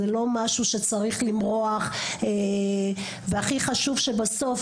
זה לא משהו שצריך למרוח והכי חשוב שבסוף,